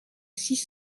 six